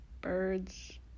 birds